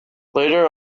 later